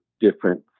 different